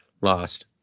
lost